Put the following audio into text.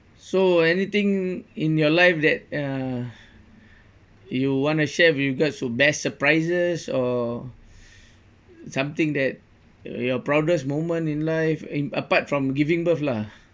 so anything in your life that uh you wanna share with regards to best surprises or something that your proudest moment in life apart from giving birth lah